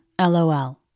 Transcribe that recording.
LOL